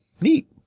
neat